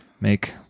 make